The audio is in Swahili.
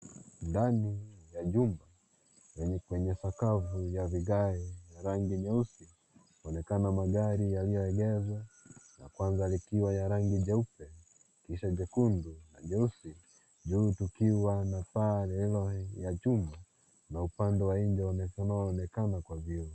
Ndani ya chumba kwenye sakafu ya vigae vya rangi nyeusi kunaonekana magari yalioegeshwa la kwanza likiwa ya rangi jeupe kisha jekundu nyeusi, juu tukiwa na paa lililo ya chuma na upande wa nje unaoonekana kwa vioo.